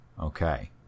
Okay